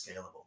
scalable